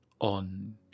on